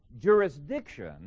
jurisdiction